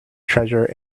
treasure